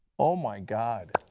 oh my god.